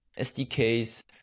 SDKs